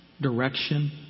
direction